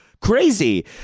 crazy